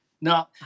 No